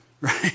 Right